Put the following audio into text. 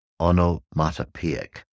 onomatopoeic